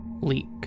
leak